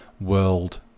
world